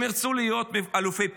הם ירצו להיות אלופי פיקוד,